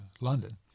London